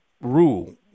rule